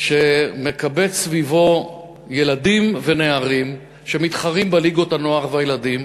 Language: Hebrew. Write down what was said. שמקבץ סביבו ילדים ונערים שמתחרים בליגות הנוער והילדים.